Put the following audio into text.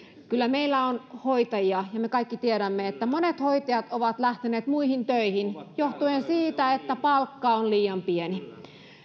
kyllä meillä on hoitajia ja me kaikki tiedämme että monet hoitajat ovat lähteneet muihin töihin johtuen siitä että palkka on liian pieni